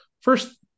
first